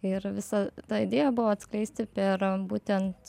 ir visa ta idėja buvo atskleisti per būtent